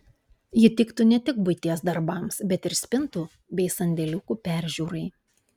ji tiktų ne tik buities darbams bet ir spintų bei sandėliukų peržiūrai